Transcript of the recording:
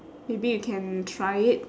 maybe you can try it